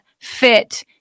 fit